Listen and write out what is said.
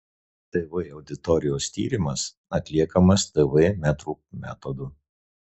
tv auditorijos tyrimas atliekamas tv metrų metodu